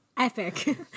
Epic